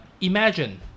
imagine